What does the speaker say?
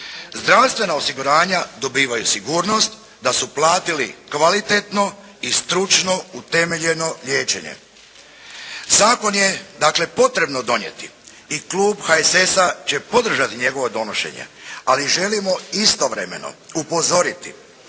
zdravstvena osiguranja dobivaju sigurnost da su platili kvalitetno i stručno utemeljeno liječenje. Zakon je dakle potrebno donijeti i klub HSS-a će podržati njegovo donošenje, ali želimo istovremeno upozoriti